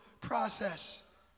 process